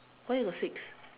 why you got six